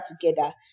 together